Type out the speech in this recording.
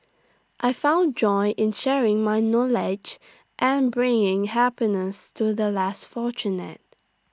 I found joy in sharing my knowledge and bringing happiness to the less fortunate